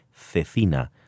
cecina